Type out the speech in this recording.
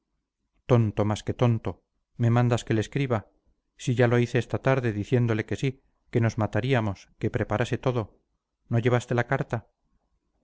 tonto más que tonto me mandas que le escriba si ya lo hice esta tarde diciéndole que sí que nos mataríamos que preparase todo no llevaste la carta